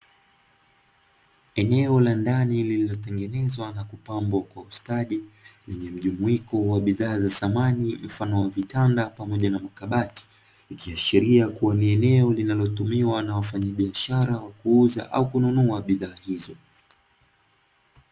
Eneo la ndani lililotengenezwa na kupambwa kwa ustadi, lenye mjumuiko wa bidhaa za samani mfano wa vitanda pamoja na makabati, ikiashiria kuwa ni eneo linalotumiwa na wafanyabiashara wa kuuza au kununua bidhaa hizo.